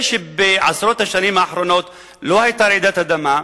זה שבעשרות השנים האחרונות לא היתה רעידת אדמה,